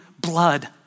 blood